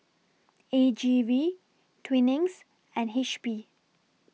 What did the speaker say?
A G V Twinings and H P